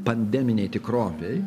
pandeminėj tikrovėj